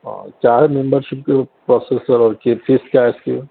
ہاں کیا ہے ممبرشپ کے پروسیسر اور فیسز کیا ہے اِس کی ہے